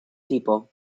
people